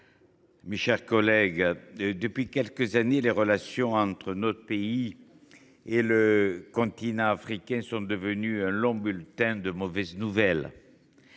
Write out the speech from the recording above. mes chers collègues, depuis quelques années, les relations entre notre pays et le continent africain sont devenues un long bulletin de mauvaises nouvelles